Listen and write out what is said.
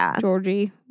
Georgie